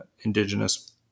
indigenous